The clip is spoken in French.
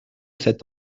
cet